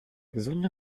gesunde